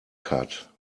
cut